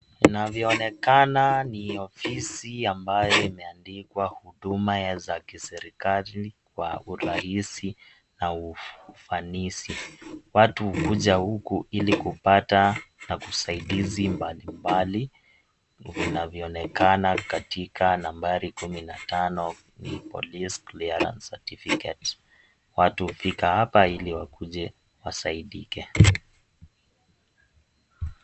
Inavyoonekana ni ofisi ambayo imeandikwa huduma za kiserikali kwa urahisi na ufanisi, watu huja huku ili kupata pa kusaidizi mbalimbali, kunavyoonekana katika nambari kumi na tano ni (cs)Police Clearance Certificate(cs),watu hufika hapa ili wakuje wasaidike.